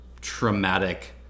traumatic